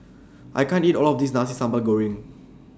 I can't eat All of This Nasi Sambal Goreng